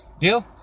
Deal